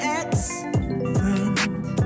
ex-friend